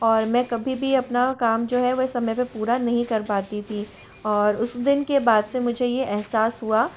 और मैं कभी भी अपना काम जो है वह समय पर पूरा नहीं कर पाती थी और उस दिन के बाद से मुझे ये एहसास हुआ